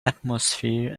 atmosphere